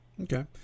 Okay